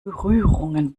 berührungen